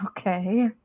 Okay